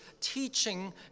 teaching